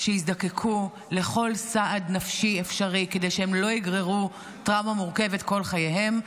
שיזדקקו לכל סעד נפשי אפשרי כדי שהם לא יגררו טראומה מורכבת כל חייהם.